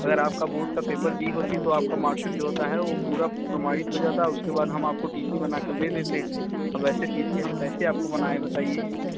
अगर आपका बोर्ड का पेपर भी होती तो आपका मार्कशीट जो होता है वो पूरा प्रमाणित हो जाता उसके बाद हम आपको टी सी बना कर दे देते अब ऐसे आपको टी सी हम कैसे आपको बनाएँ बताइए